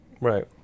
Right